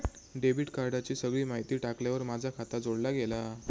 debit कार्डाची सगळी माहिती टाकल्यार माझा खाता जोडला गेला